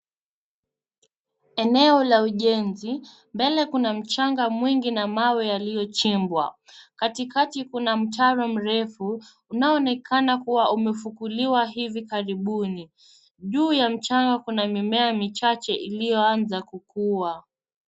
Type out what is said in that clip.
Eneo la ujenzi. Mbele kuna mchanga mwingi na mawe yaliyochimbwa. Katikati kuna mtaro mrefu, unaoonekana kuwa umefukuliwa hivi karibuni. Juu ya mchanga kuna mimea michache iliyoanza kukua.